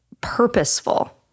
purposeful